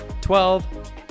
twelve